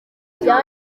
kugira